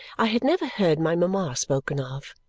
i had never heard my mama spoken of.